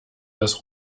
dass